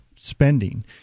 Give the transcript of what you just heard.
spending